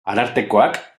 arartekoak